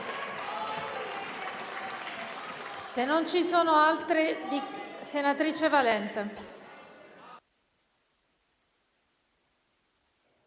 Grazie,